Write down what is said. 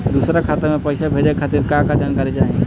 दूसर खाता में पईसा भेजे के खातिर का का जानकारी चाहि?